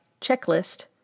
checklist